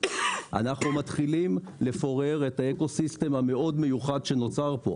אנחנו מתחילים לפורר את האקו-סיסטם המאוד מיוחד שנוצר כאן.